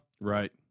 Right